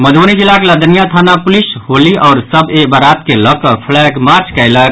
मधुबनी जिलाक लदनियां थाना पुलिस होली आओर शब ए बरात के लऽ कऽ फ्लैग मार्च कयलक